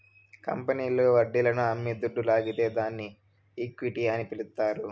కంపెనీల్లు వడ్డీలను అమ్మి దుడ్డు లాగితే దాన్ని ఈక్విటీ అని పిలస్తారు